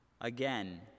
Again